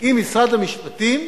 עם משרד המשפטים.